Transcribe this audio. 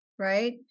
Right